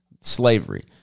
slavery